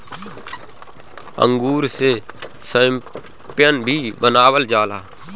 अंगूर से शैम्पेन भी बनावल जाला